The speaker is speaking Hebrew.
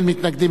אין מתנגדים,